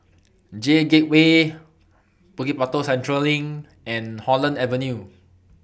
J Gateway Bukit Batok Central LINK and Holland Avenue